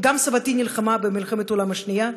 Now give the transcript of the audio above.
גם סבתי נלחמה במלחמת העולם השנייה.